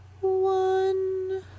one